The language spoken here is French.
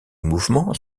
mouvement